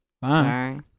Fine